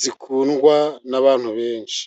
zikundwa n'abantu benshi.